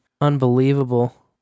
Unbelievable